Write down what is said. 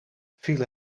viel